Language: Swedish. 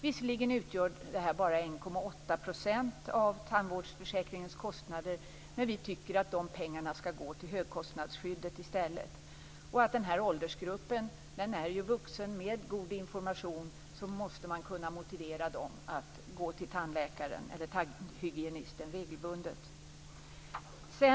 Visserligen utgör det här bara 1,8 % av tandvårdsförsäkringens kostnader men vi tycker att de pengarna i stället skall gå till högkostnadsskyddet och att den här åldersgruppen, som ju består av vuxna med god information, måste kunna motiveras att regelbundet gå till tandläkaren eller tandhygienisten.